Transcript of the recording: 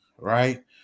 Right